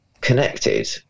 connected